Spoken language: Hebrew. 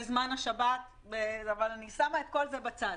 בזמן השבת, אבל אני שמה את כל זה בצד.